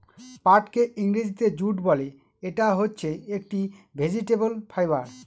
পাটকে ইংরেজিতে জুট বলে, ইটা হচ্ছে একটি ভেজিটেবল ফাইবার